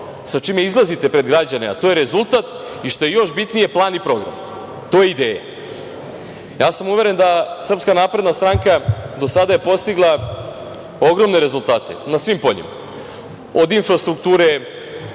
sa čime izlazite pred građane, a to je rezultat i, što je još bitnije, plan i program. To je ideja. Uveren sam da Srpska napredna stranka do sada je postigla ogromne rezultate na svim poljima, od infrastrukture,